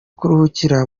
kuruhukira